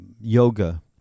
yoga